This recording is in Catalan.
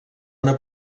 una